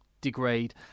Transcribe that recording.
degrade